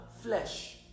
flesh